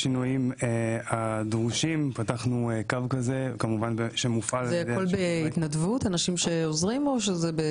בשינויים הדרושים פתחנו קו שמופעל --- זה הכל בהתנדבות או בשכר?